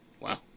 Wow